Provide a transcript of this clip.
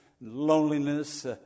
loneliness